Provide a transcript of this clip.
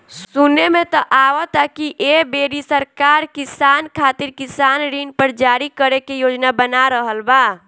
सुने में त आवता की ऐ बेरी सरकार किसान खातिर किसान ऋण पत्र जारी करे के योजना बना रहल बा